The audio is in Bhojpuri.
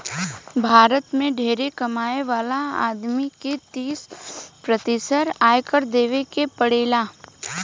भारत में ढेरे कमाए वाला आदमी के तीस प्रतिशत आयकर देवे के पड़ेला